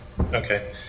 Okay